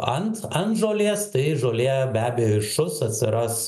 ant ant žolės tai žolė be abejo iššus atsiras